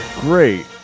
great